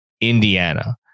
Indiana